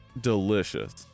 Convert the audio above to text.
delicious